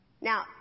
Now